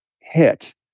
hit